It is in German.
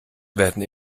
werden